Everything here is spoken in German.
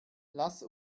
lass